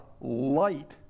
light